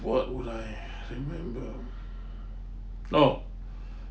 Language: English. what would I remember oh